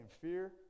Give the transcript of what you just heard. fear